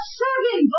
seven